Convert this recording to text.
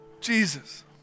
Jesus